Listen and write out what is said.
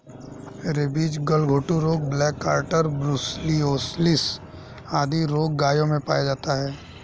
rabies, गलघोंटू रोग, black quarter, brucellosis आदि रोग गायों में पाया जाता है